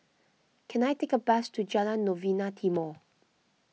can I take a bus to Jalan Novena Timor